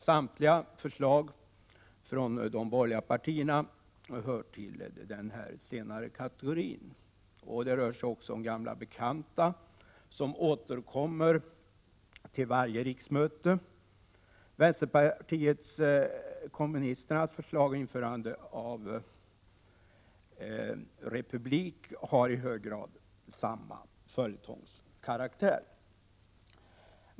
Samtliga förslag från de borgerliga partierna hör till denna kategori, och det rör sig om gamla bekanta — förslag som återkommer vid varje riksmöte. Vänsterpartiet kommunisternas förslag om införande av republik har i hög grad samma följetongskaraktär.